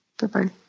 Bye-bye